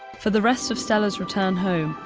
for the rest of stella's return home,